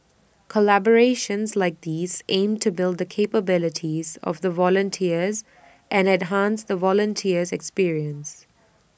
collaborations like these aim to build the capabilities of the volunteers and enhance the volunteer experience